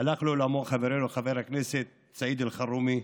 הלך לעולמו חברנו חבר הכנסת סעיד אלחרומי,